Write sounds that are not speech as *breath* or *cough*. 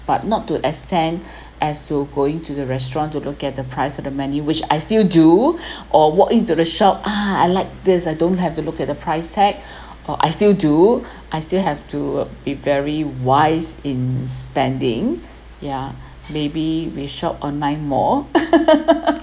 but not to extend *breath* as to going to the restaurant to look at the price of the menu which I still do *breath* or walk into the shop ah I like this I don't have to look at the price tag *breath* or I still do *breath* I still have to be very wise in spending ya maybe we shop online more *laughs*